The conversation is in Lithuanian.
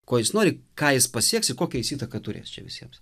ko jis nori ką jis pasieks ir kokią jis įtaką turės čia visiems